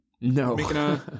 No